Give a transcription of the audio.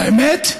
האמת,